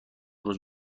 روز